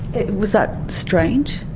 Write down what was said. was that strange?